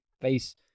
face